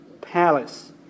palace